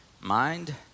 mind